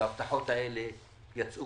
וההבטחות הללו התגלו